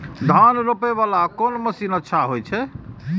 धान रोपे वाला कोन मशीन अच्छा होय छे?